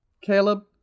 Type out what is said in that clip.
Caleb